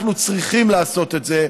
אנחנו צריכים לעשות את זה.